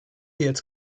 jetzt